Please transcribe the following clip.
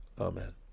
Amen